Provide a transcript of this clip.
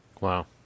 Wow